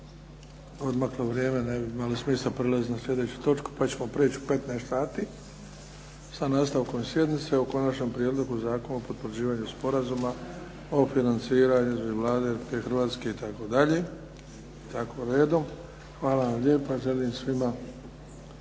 Hvala vam lijepa,